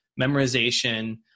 memorization